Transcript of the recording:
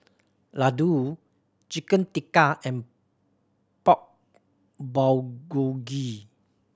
Ladoo Chicken Tikka and Pork Bulgogi